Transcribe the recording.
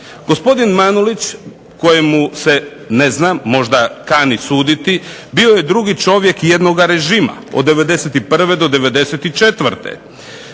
Gospodin Manulić kojemu se ne znam možda kani suditi, bio je drugi čovjek jednog režima od '91. do '94.